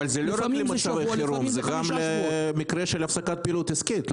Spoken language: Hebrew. אבל זה לא רק למצבי חירום אלא גם למקרה של הפסקת פעילות עסקית,